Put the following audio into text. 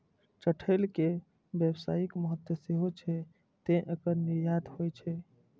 चठैल के व्यावसायिक महत्व सेहो छै, तें एकर निर्यात होइ छै